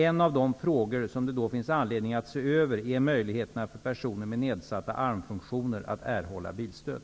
En av de frågor som det då finns anledning att se över är möjligheterna för personer med nedsatta armfunktioner att erhålla bilstöd.